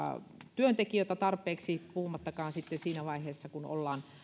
työntekijöitä tarpeeksi puhumattakaan sitten siitä vaiheesta kun ollaan